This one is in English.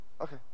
Okay